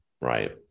Right